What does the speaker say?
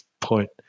point